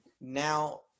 Now